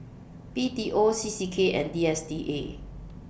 B T O C C K and D S T A